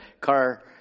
car